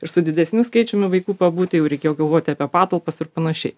su didesniu skaičiumi vaikų pabūti jau reikėjo galvot apie patalpas ir panašiai